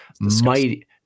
Mighty